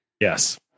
Yes